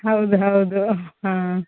ಹೌದು ಹೌದು ಹಾಂ